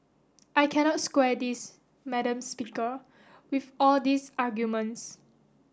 I cannot square this madam speaker with all these arguments